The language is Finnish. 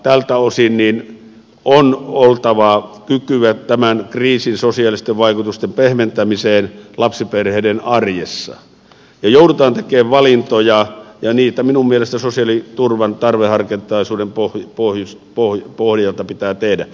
tältä osin on oltava kykyä tämän kriisin sosiaalisten vaikutusten pehmentämiseen lapsiperheiden arjessa ja joudutaan tekemään valintoja ja niitä minun mielestäni sosiaaliturvan tarveharkintaisuuden pohjalta pitää tehdä